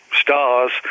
stars